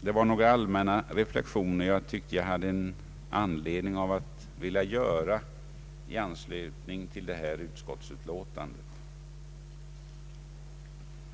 Detta var några allmänna reflexioner som jag hade anledning att göra i anslutning till detta utskottsutlåtande.